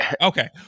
Okay